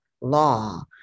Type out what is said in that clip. law